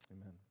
Amen